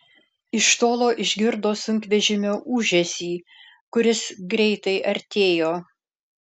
iš tolo išgirdo sunkvežimio ūžesį kuris greitai artėjo